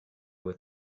with